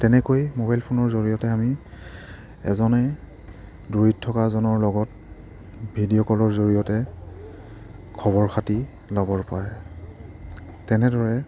তেনেকৈ মোবাইল ফোনৰ জৰিয়তে আমি এজনে দূৰত থকা এজনৰ লগত ভিডিঅ' কলৰ জৰিয়তে খবৰ খাতি ল'বৰ পাৰে তেনেদৰে